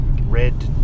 red